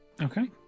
Okay